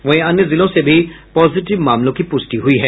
वहीं अन्य जिलों से भी पॉजिटिव मामलों की पुष्टि हुई है